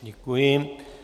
Děkuji.